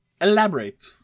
Elaborate